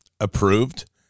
approved